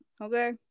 okay